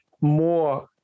more